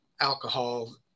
alcohol